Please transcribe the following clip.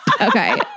Okay